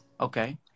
Okay